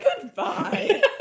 goodbye